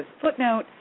footnote